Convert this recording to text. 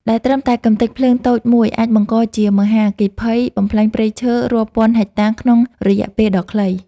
ដែលត្រឹមតែកម្ទេចភ្លើងតូចមួយអាចបង្កជាមហាអគ្គីភ័យបំផ្លាញព្រៃឈើរាប់ពាន់ហិកតាក្នុងរយៈពេលដ៏ខ្លី។